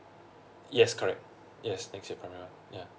yes correct yes next year primary one yeah